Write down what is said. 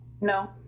No